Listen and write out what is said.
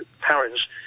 Parents